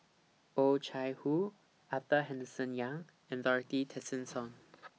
Oh Chai Hoo Arthur Henderson Young and Dorothy Tessensohn